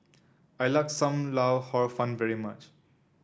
I like Sam Lau Hor Fun very much